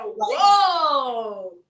whoa